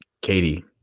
Katie